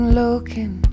looking